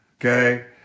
okay